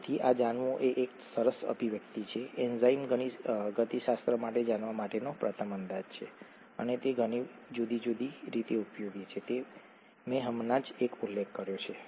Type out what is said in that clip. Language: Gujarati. તેથી આ જાણવું એ એક સરસ અભિવ્યક્તિ છે એન્ઝાઇમ ગતિશાસ્ત્ર માટે જાણવા માટેનો પ્રથમ અંદાજ છે અને તે ઘણી જુદી જુદી રીતે ઉપયોગી છે મેં હમણાં જ એક ઉલ્લેખ કર્યો છે